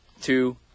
two